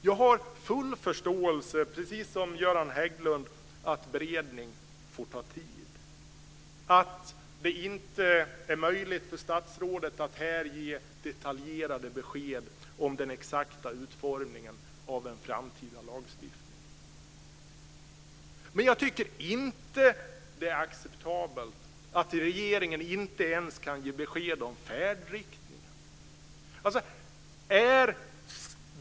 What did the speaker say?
Jag har full förståelse, precis som Göran Hägglund, för att beredning får ta tid, att det inte är möjligt för statsrådet att här ge detaljerade besked om den exakta utformningen av den framtida lagstiftningen. Men jag tycker inte att det är acceptabelt att regeringen inte ens kan ge besked om färdriktningen.